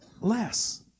less